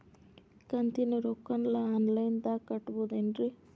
ಕಂತಿನ ರೊಕ್ಕನ ಆನ್ಲೈನ್ ದಾಗ ಕಟ್ಟಬಹುದೇನ್ರಿ?